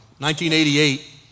1988